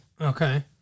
okay